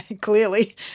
clearly